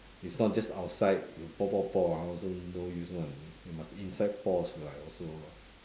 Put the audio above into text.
it's not just outside you pour pour pour ah also no use [one] you must inside pour also